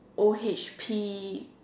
O_H_P